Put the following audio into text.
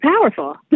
powerful